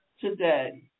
today